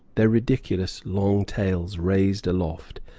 their ridiculously long tails raised aloft,